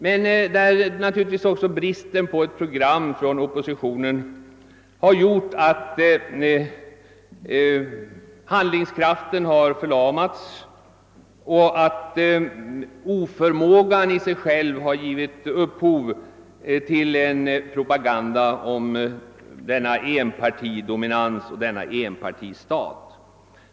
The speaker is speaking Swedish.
Men det är naturligtvis också bristen på ett program hos oppositionen som har gjort, att handlingskraften har förlamats och att oförmågan i sig själv har givit upphov till en propaganda om denna enpartidominans och denna enpartistat.